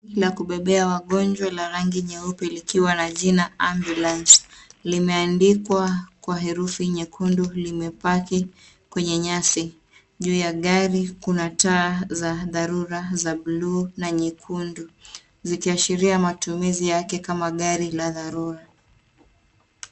La kupepea wagonjwa la rangi nyeupe likiwa na jina ambulance limeandikwa kwa herufi nyekundu, limepaki kwenye nyasi, juu ya gari kuna taa za dharura za bluu na nyekundu, zikiasheria matumizi yake kama gari la dharura.